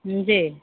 जी